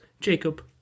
Jacob